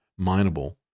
mineable